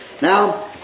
Now